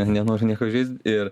nenoriu nieko įžeist ir